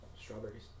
strawberries